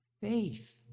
faith